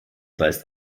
weist